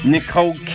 Nicole